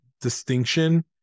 distinction